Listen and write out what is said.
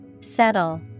Settle